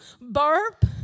burp